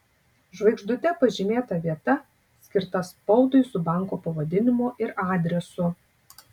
žvaigždute pažymėta vieta skirta spaudui su banko pavadinimu ir adresu